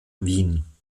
wien